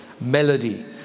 melody